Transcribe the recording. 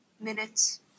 minutes